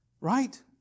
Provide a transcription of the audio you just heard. Right